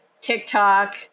TikTok